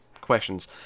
questions